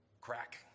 crack